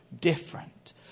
different